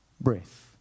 breath